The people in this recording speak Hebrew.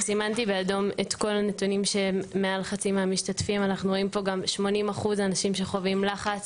אנחנו רואים פה גם 80% אנשים שחווים לחץ,